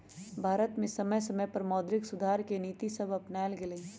भारत में समय समय पर मौद्रिक सुधार के नीतिसभ अपानाएल गेलइ